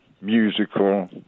musical